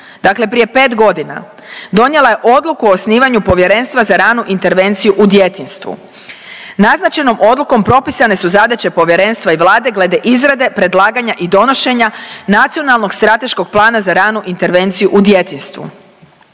dakle prije pet godina, donijela je Odluku o osnivanju Povjerenstva za ranu intervenciju u djetinjstvu. Naznačenom odlukom propisane su zadaće povjerenstva i Vlade glede izrade, predlaganja i donošenja nacionalnog strateškog plana za ranu intervenciju u djetinjstvu.